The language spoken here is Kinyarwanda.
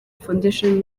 foundation